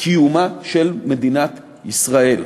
קיומה של מדינת ישראל.